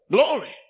Glory